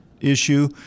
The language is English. issue